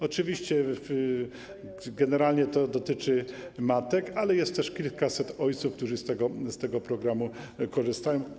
Oczywiście generalnie to dotyczy matek, ale jest też kilkuset ojców, którzy z tego programu korzystają.